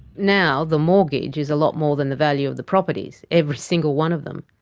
now the mortgage is a lot more than the value of the properties, every single one of them.